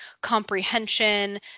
comprehension